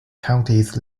counties